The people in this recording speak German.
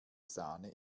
sahne